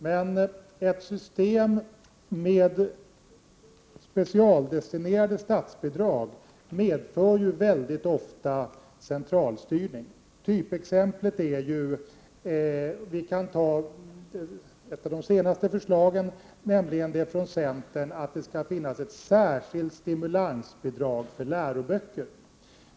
Men ett system med specialdestinerade statsbidrag medför väldigt ofta centralstyrning. Som exempel kan jag nämna ett av de senaste förslagen, nämligen det från centern om ett särskilt stimulansbidrag för läroböcker.